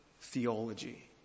theology